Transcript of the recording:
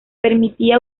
permitía